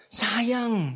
sayang